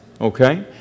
Okay